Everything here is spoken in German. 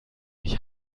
mich